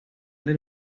del